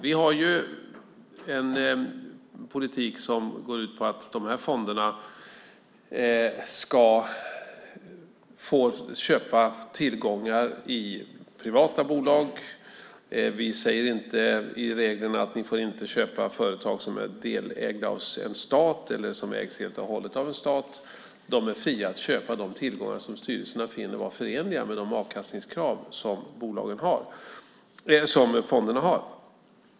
Vi har en politik som går ut på att de här fonderna ska få köpa tillgångar i privata bolag. Vi säger inte i reglerna att de inte får köpa företag som är delägda av en stat eller som ägs helt och hållet av en stat. De är fria att köpa de tillgångar som styrelserna finner vara förenliga med de avkastningskrav som fonderna har.